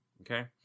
okay